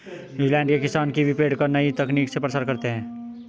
New Zealand के किसान kiwi पेड़ का नई तकनीक से प्रसार करते हैं